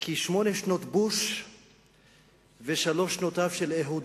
כי שמונה שנות בוש ושלוש שנותיו של אהוד